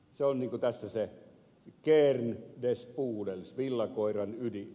se on tässä se kern des pudels villakoiran ydin